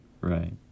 Right